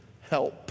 help